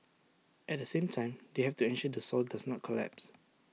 at the same time they have to ensure the soil does not collapse